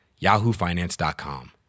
yahoofinance.com